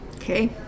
Okay